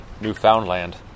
Newfoundland